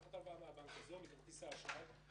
הלוואה מבנק אחר או מכרטיס האשראי.